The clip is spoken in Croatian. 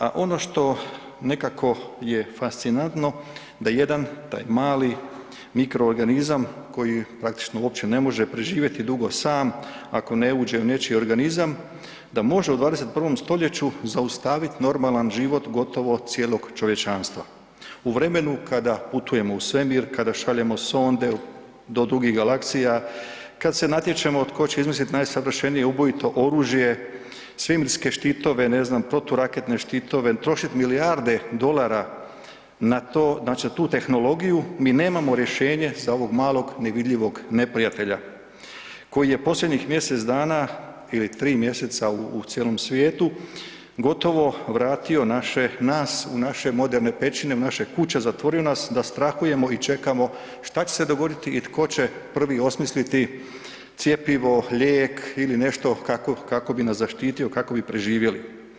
A ono što nekako je fascinantno da jedan, taj mali mikroorganizam koji praktično uopće ne može preživjeti dugo sam ako ne uđe u nečiji organizam, da može u 21. stoljeću zaustavit normalan život gotovo cijelog čovječanstva, u vremenu kada putujemo u svemir, kada šaljemo sonde do dugih galaksija, kad se natječemo tko će izmislit najsavršenije ubojito oružje, svemirske štitove, ne znam, proturaketne štitove, trošit milijarde dolara na to, znači na tu tehnologiju, mi nemamo rješenje za ovog malog nevidljivog neprijatelja koji je posljednjih mjesec dana ili 3 mjeseca u cijelom svijetu gotovo vratio naše, nas u naše moderne pećine, u naše kuće, zatvorio nas da strahujemo i čekamo šta će se dogoditi i tko će prvi osmisliti cjepivo, lijek ili nešto kako, kako bi nas zaštitio, kako bi preživjeli.